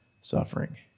suffering